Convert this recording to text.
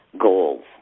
goals